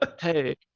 Hey